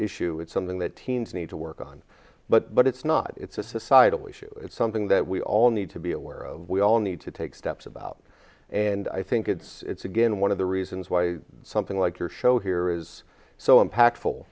issue it's something that teens need to work on but but it's not it's a societal issue it's something that we all need to be aware of we all need to take steps about and i think it's it's again one of the reasons why something like your show here is so impactful